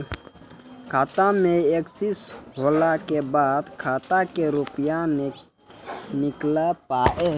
खाता मे एकशी होला के बाद खाता से रुपिया ने निकल पाए?